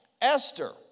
Esther